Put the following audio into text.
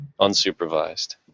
unsupervised